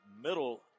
middle